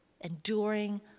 enduring